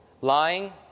lying